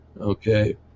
Okay